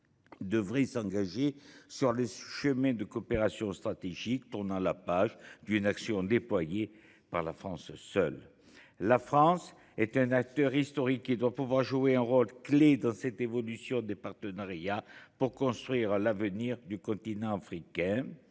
devrait s’engager sur le chemin de coopérations stratégiques et tourner la page de l’action unilatérale. Elle est une actrice historique, qui doit pouvoir jouer un rôle clé dans cette évolution des partenariats pour construire l’avenir du continent africain.